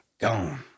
gone